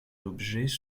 objets